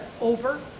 over